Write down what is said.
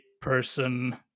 person